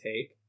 take